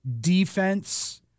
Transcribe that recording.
defense